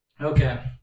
Okay